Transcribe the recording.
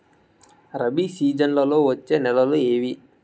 రబి సీజన్లలో వచ్చే నెలలు ఏవి?